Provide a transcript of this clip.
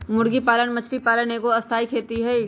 मुर्गी पालन मछरी पालन एगो स्थाई खेती हई